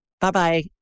Bye-bye